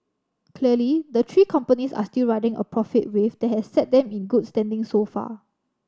clearly the three companies are still riding a profit wave that has set them in good standing so far